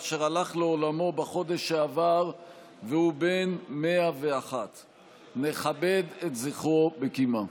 אשר הלך לעולמו בחודש שעבר והוא בן 101. נכבד את זכרו בקימה.